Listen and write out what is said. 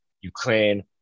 Ukraine